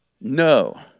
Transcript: no